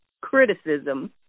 criticism